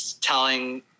telling